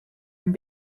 een